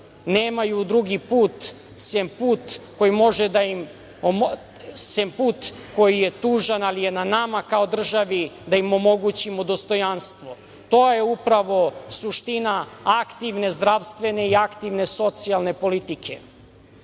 nemaju drugi put sem put koji je tužan, ali je na nama kao državi da im omogućimo dostojanstvo. To je upravo suština aktivne zdravstvene i aktivne socijalne politike. Uvaženi